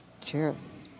Cheers